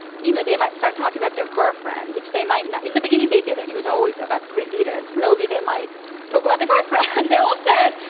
you know, they might start talking about their girlfriend, which they might not in the beginning they didn't. it was always about the great leader. and slowly they might talk about their girlfriend. and they all said,